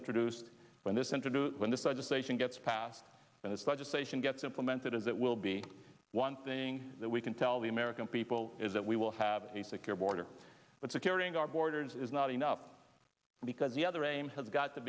introduced when this introduce when this the decision gets passed and this legislation gets implemented as it will be one thing that we can tell the american people is that we will have a secure border but securing our borders is not enough because the other aim has got to